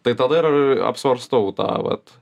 tai tada ir apsvarstau tą vat